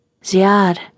Ziad